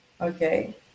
Okay